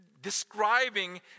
describing